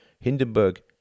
Hindenburg